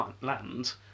land